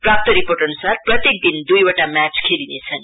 प्राप्त रिपोर्ट अनुसार प्रत्येक दिन दुईवटा म्याच खेलिनेछन्